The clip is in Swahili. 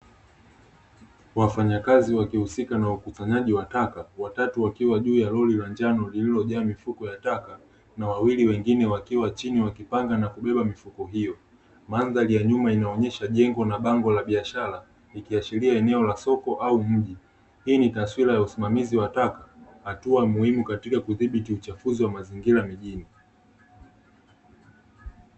Wafanyakazi wakihusika na ukusanyaji wa taka, watatu wakiwa juu ya lori la njano lililojaa mifuko ya taka, na wawili wengine wakiwa chini wakipanga na kubeba mifuko hiyo. Mandhari ya nyuma inaonyesha jengo na bango la biashara ikiashiria eneo la soko au mji. Hii ni taswira ya usimamizi wa taka, hatua ya muhimu katika kudhibiti uchafuzi wa mazingira mijini.